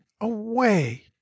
away